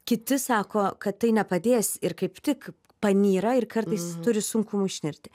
kiti sako kad tai nepadės ir kaip tik panyra ir kartais turi sunkumų išnirti